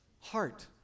Heart